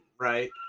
Right